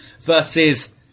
versus